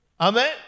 Amen